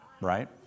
Right